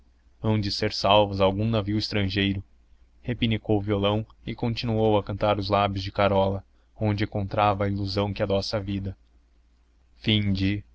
de ser salvas a algum navio estrangeiro repinicou o violão e continuou a cantar os lábios de carola onde encontrava a ilusão que adoça a vida